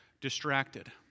distracted